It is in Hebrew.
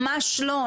ממש לא,